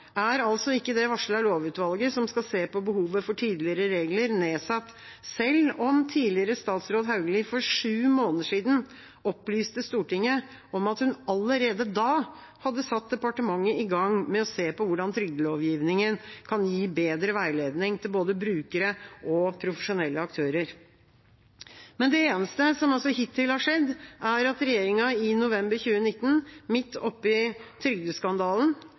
er altså ikke det varslede lovutvalget som skal se på behovet for tydeligere regler, nedsatt, selv om tidligere statsråd Hauglie for sju måneder siden opplyste Stortinget om at hun allerede da hadde satt departementet i gang med å se på hvordan trygdelovgivningen kan gi bedre veiledning til både brukere og profesjonelle aktører. Det eneste som hittil har skjedd, er at regjeringa i november 2019, midt oppi trygdeskandalen,